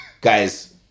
Guys